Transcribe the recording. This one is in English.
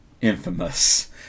Infamous